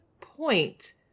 point